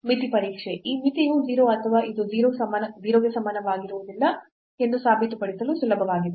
ಮಿತಿ ಪರೀಕ್ಷೆ ಈ ಮಿತಿಯು 0 ಅಥವಾ ಇದು 0 ಗೆ ಸಮನಾಗಿರುವುದಿಲ್ಲ ಎಂದು ಸಾಬೀತುಪಡಿಸಲು ಸುಲಭವಾಗಿದೆ